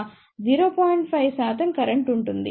5 శాతం కరెంట్ ఉంటుంది